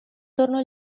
tornò